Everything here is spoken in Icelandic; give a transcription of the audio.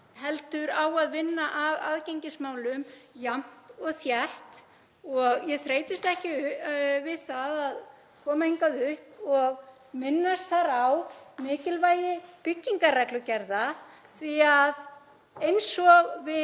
heldur á að vinna að aðgengismálum jafnt og þétt. Ég þreytist ekki við að koma hingað upp og minnast þar á mikilvægi byggingarreglugerða því að eins og við